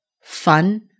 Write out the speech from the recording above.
fun